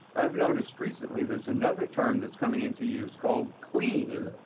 i've noticed recently there's another term that's coming into use called clean,